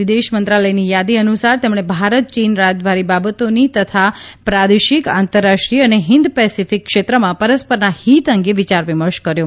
વિદેશ મંત્રાલયની યાદી અનુસાર તેમણે ભારત ચીન રાજદ્વારી બાબતોની તથા પ્રાદેશિક આંતરરાષ્ટ્રીય અને હિન્દ પેસેફીક ક્ષેત્રમાં પરસ્પરના હીત અંગે વિચારવિમર્શ કર્યો